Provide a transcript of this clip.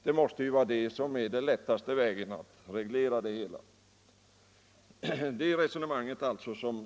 Det måste vara den enklaste vägen att reglera detta.